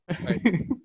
Right